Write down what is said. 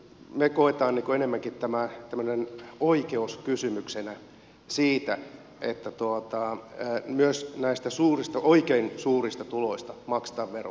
me koemme enemmänkin tämän tämmöisenä oikeudenmukaisuuskysymyksenä niin että myös näistä oikein suurista tuloista maksetaan veroa